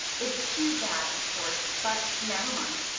it's too bad, of course, but never mind.